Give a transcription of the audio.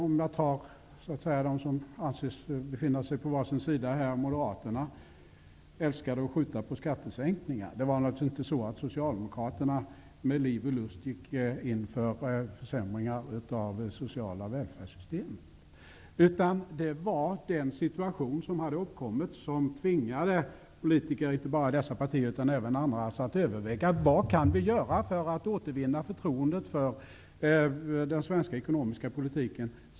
Om jag tar dem som anses befinna sig på varsin sida, var det naturligtvis inte så att Moderaterna älskade att skjuta på skattesänkningar och inte heller så att Socialdemokraterna med liv och lust gick in för försämringar av det sociala välfärdssystemet. Det var den situation som hade uppkommit som tvingade politiker, inte bara i dessa partier utan även i andra, att överväga vad de kunde göra för att snabbt återvinna förtroendet för den svenska ekonomiska politiken.